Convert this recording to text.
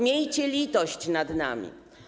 Miejcie litość nad nami.